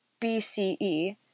BCE